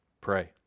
pray